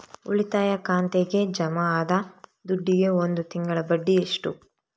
ಉಳಿತಾಯ ಖಾತೆಗೆ ಜಮಾ ಆದ ದುಡ್ಡಿಗೆ ಒಂದು ತಿಂಗಳ ಬಡ್ಡಿ ಎಷ್ಟು?